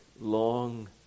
long